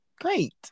great